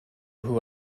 who